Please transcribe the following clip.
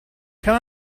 can